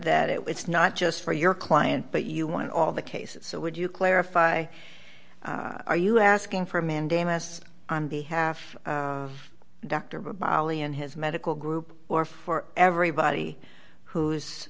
that it was not just for your client but you want all the cases so would you clarify are you asking for a mandamus on behalf of dr brawley and his medical group or for everybody who is